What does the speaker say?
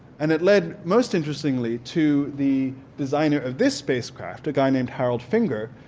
and it lead, most interestingly, to the designer of this space craft a guy named harold finger.